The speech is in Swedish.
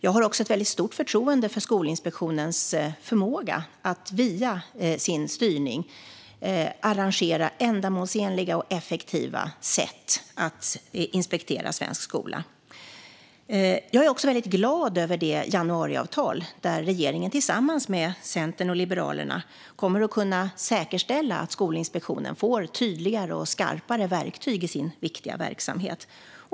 Jag har också ett väldigt stort förtroende för Skolinspektionens förmåga att via sin styrning arrangera ändamålsenliga och effektiva sätt att inspektera svensk skola. Jag är väldigt glad över januariavtalet där regeringen tillsammans med Centern och Liberalerna kommer att kunna säkerställa att Skolinspektionen får tydligare och skarpare verktyg i sin viktiga verksamhet.